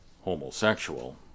Homosexual